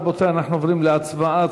רבותי, אנחנו עוברים להצבעה.